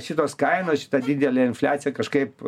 šitos kainos šita didelė infliacija kažkaip